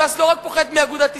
ש"ס לא רק פוחדת מאגודת ישראל,